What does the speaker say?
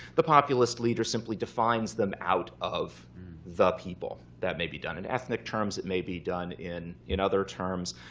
the populist leader simply defines them out of the people. that may be done in ethnic terms. it may be done in in other terms.